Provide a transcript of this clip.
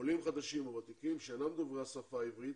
עולים חדשים וותיקים שאינם דוברי השפה העברית,